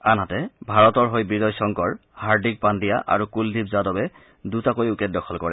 আনহাতে ভাৰতৰ হৈ বিজয় শংকৰ হাৰ্ডিক পাণ্ডিয়া আৰু কুলদীপ যাদৱে দুটাকৈ উইকেট দখল কৰে